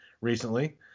recently